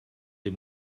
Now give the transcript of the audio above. des